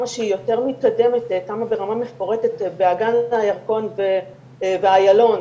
הגעה למקום האירוע בין עשר דקות ל-15 דקות,